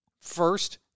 First